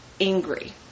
angry